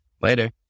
Later